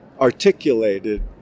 articulated